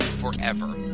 forever